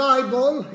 Bible